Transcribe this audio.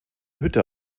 hütte